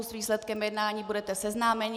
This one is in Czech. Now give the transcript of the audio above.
S výsledkem jednání budete seznámeni.